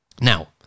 now